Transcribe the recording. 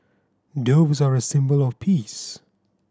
doves are a symbol of peace